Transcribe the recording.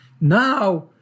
now